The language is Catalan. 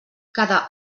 cada